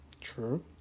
True